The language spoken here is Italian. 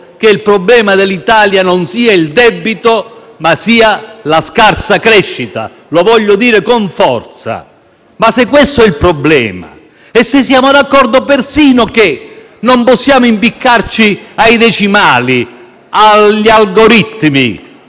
che il problema dell'Italia sia non il debito, ma la scarsa crescita. E lo voglio dire con forza. Ma, se questo è il problema; se siamo d'accordo persino sul fatto che non possiamo impiccarci ai decimali e agli algoritmi